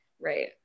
Right